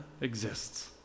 exists